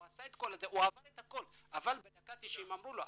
הוא עבר את הכל אבל בדקה ה-90 אמרו לו.